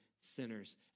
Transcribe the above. sinners